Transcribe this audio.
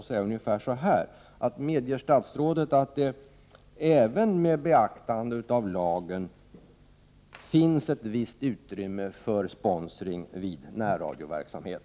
Medger statsrådet att det, även med beaktande av lagen, finns ett visst utrymme för sponsring vid närradioverksamhet?